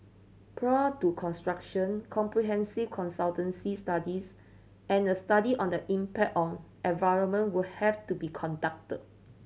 prior to construction comprehensive consultancy studies and a study on the impact on environment will have to be conducted